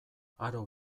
aro